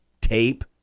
tape